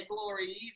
glory